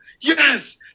yes